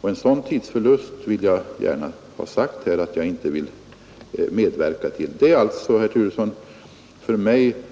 Och jag vill gärna ha sagt att en sådan tidsförlust vill jag inte medverka till. För mig är det alltså, herr Turesson,